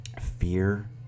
fear